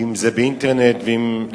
אם באינטרנט ואם,